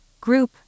Group